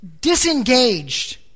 disengaged